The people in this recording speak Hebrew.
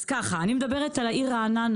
אני מדברת על העיר רעננה.